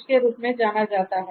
के रूप में जाना जाता है